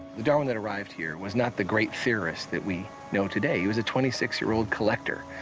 the darwin that arrived here was not the great theorist that we know today. he was a twenty six year old collector,